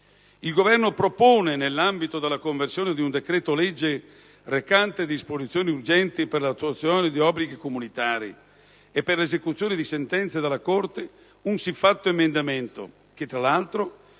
Il Governo propone, nell'ambito della conversione di un decreto-legge recante disposizioni urgenti per l'attuazione di obblighi comunitari e per l'esecuzione di sentenze della Corte di giustizia delle